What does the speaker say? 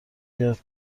یاد